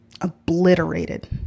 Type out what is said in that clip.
obliterated